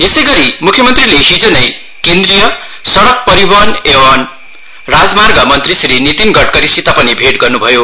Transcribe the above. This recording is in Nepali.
यसै गरी मुख्य मन्त्रीले हिजो नै केन्द्रिय सड़क परिवहन एवं राजमार्ग मन्त्री श्री निति गडकरीसित पनि भेट गर्न्भयो